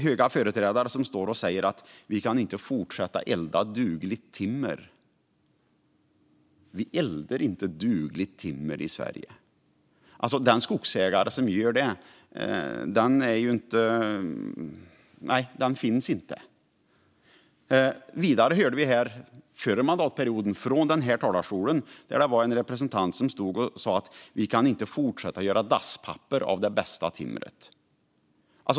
Höga företrädare står då och säger att vi inte kan fortsätta elda dugligt timmer. Men i Sverige eldar vi inte dugligt timmer. Det finns ingen skogsägare som gör det. Vidare hörde vi under förra mandatperioden en representant säga i den här talarstolen att vi inte kan fortsätta göra dasspapper av det bästa timret.